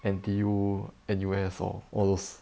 N_T_U N_U_S or all those